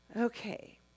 okay